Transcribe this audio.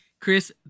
Chris